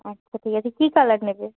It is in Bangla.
আচ্ছা ঠিক আছে কী কালার নেবে